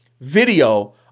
video